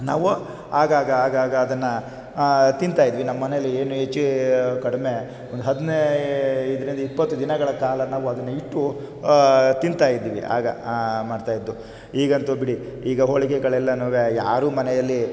ನಾವು ಆಗಾಗ ಆಗಾಗ ಅದನ್ನು ತಿಂತಾಯಿದ್ವಿ ನಮ್ಮ ಮನೆಯಲ್ಲಿ ಏನು ಹೆಚ್ಚು ಕಡಿಮೆ ಒಂದು ಹದಿನೈದರಿಂದ ಇಪ್ಪತ್ತು ದಿನಗಳ ಕಾಲ ನಾವು ಅದನ್ನು ಇಟ್ಟು ತಿಂತಾಯಿದ್ವಿ ಆಗ ಮಾಡ್ತಾಯಿತ್ತು ಈಗಂತೂ ಬಿಡಿ ಈಗ ಹೋಳಿಗೆಳೆಲ್ಲನೂ ಯಾರೂ ಮನೆಯಲ್ಲಿ